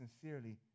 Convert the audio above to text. sincerely